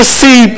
see